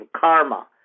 karma